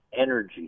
energy